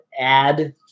add